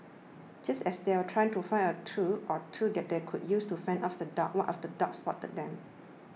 just as they were trying to find a tool or two that they could use to fend off the dogs one of the dogs spotted them